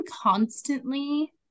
constantly